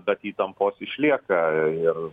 bet įtampos išlieka ir